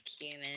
human